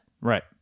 Right